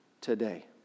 today